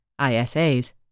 ISAs